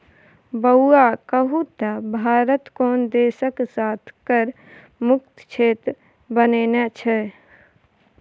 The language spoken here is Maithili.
बौआ कहु त भारत कोन देशक साथ कर मुक्त क्षेत्र बनेने छै?